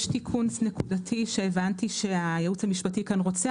יש תיקון נקודתי שהבנתי שהייעוץ המשפטי כאן רוצה,